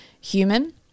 human